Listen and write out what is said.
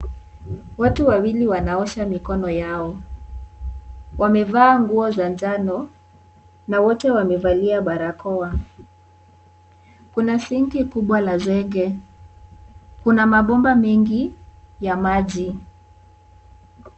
Watu wawili wanaosha mikono yao wamevaa nguo za njano na wote wamevalia barakoa kuna zinki kubwa la zege kuna mabomba mengi ya maji.